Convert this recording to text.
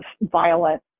violent